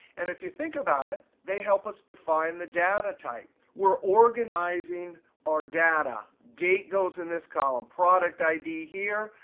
and if you think about it, they help us define the data type. we're organizing our data. date goes in this column, product id here,